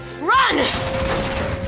run